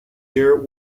year